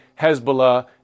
Hezbollah